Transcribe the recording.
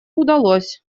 удалось